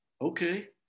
Okay